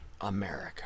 America